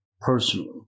personally